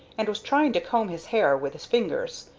and was trying to comb his hair with his fingers,